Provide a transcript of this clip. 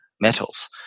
metals